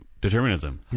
determinism